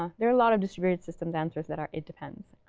um there are a lot of distributed systems answers that are it depends.